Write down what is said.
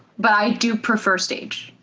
but i do prefer stage.